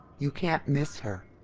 you can't miss her.